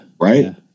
Right